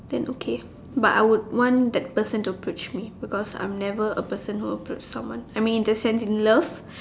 then okay but I want that person to approach me because I'm never a person who approach someone I mean in the sense in love